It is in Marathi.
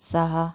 सहा